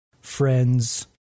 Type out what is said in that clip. friends